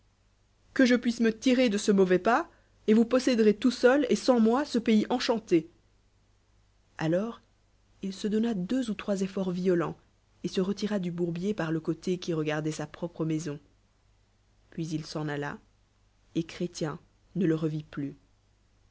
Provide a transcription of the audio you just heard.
que je puisse me tirer de ce mauvais pas et vous posse e z tout t seul et sans moi ce pays enchanté alors il se donna deux ou trois ef foru violents y et se relira du bourbier par le c té qui regardoit sa propre mai on puis if s'eu alla et chrétien ne le revit plus